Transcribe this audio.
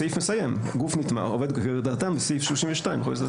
הסעיף מסיים - גוף נתמך כהגדרתו בסעיף 32 לחוק יסודות התקציב.